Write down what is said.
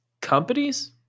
companies